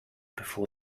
before